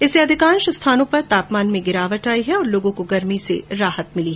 इससे अधिकांश स्थानों पर तापमान में गिरावट आई और लोगों को गर्मी से राहत मिली